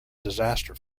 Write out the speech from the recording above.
disaster